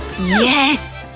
yes!